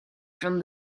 from